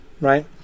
right